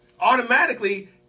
automatically